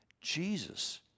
Jesus